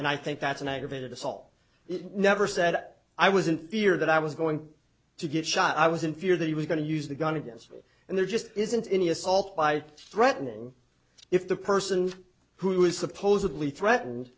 and i think that's an aggravated assault it never said that i was in fear that i was going to get shot i was in fear that he was going to use the gun against me and there just isn't any assault by threatening if the person who is supposedly threatened